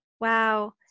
Wow